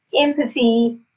empathy